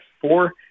four